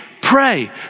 Pray